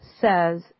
says